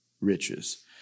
riches